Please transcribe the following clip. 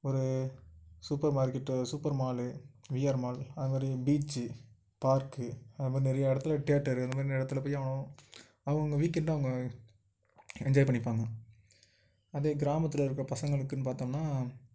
ஒரு super market super mall VR mall அதுமாதிரி beach park அதுமாதிரி நிறையா இடத்துல தேட்டரு இந்தமாதிரி நிறையா இடத்துல போய் அவன் அவங்கவுங்க வீக்கெண்டை அவங்க என்ஜாய் பண்ணிப்பாங்க அதே கிராமத்தில் இருக்கற பசங்களுக்குன்னு பார்த்தம்னா